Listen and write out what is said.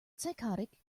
psychotic